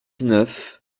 neuf